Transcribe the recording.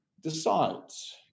decides